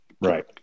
Right